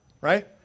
Right